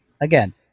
again